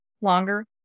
longer